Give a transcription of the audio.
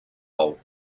pou